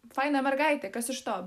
faina mergaitė kas iš to